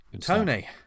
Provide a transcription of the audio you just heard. Tony